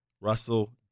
Russell